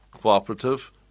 Cooperative